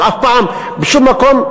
אבל אף פעם, בשום מקום,